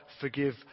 forgive